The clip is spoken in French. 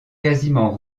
quasiment